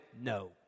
No